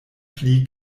pli